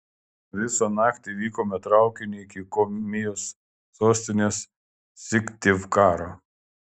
visą naktį vykome traukiniu iki komijos sostinės syktyvkaro